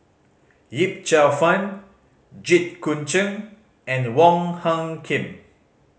Yip Cheong Fun Jit Koon Ch'ng and Wong Hung Khim